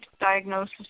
diagnosis